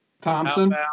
Thompson